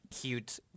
cute